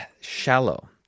shallow